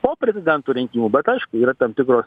po prezidento rinkimų tai aišku yra tam tikros